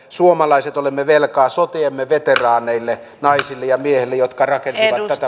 suomalaiset olemme velkaa sotiemme veteraaneille naisille ja miehille jotka rakensivat